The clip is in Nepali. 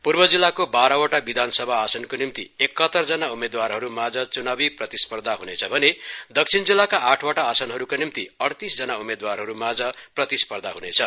पूर्व जिल्लाको बाह्रवटा विधानसभा आसनको निम्ति अकहत्तर जना उम्मेदवारहरू माझ चुनावी प्रतिस्पर्धा हनेछ भने दक्षिण जिल्लामा आठवटा आसनहरूका निम्ति अइतीस जना उम्मेदवार माझ प्रतिस्पर्धा हनेछ